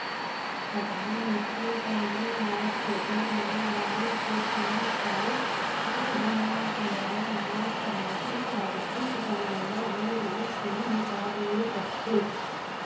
परधानमंतरी गरामीन आवास योजना म ग्रामीन के चयन साल दू हजार गियारा म समाजिक, आरथिक जनगनना होए रिहिस उही हिसाब ले करथे